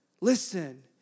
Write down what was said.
Listen